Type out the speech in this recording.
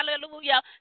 Hallelujah